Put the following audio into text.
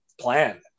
plan